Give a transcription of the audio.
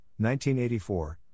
1984